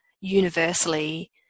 universally